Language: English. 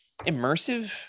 immersive